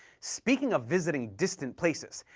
speaking of visiting distant places,